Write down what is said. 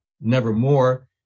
nevermore